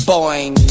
Boing